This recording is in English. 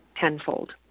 tenfold